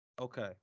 Okay